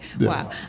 Wow